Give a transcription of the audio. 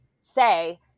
say